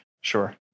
Sure